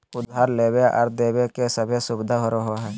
उधार लेबे आर देबे के सभै सुबिधा रहो हइ